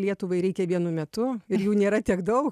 lietuvai reikia vienu metu ir jų nėra tiek daug